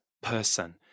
person